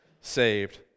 saved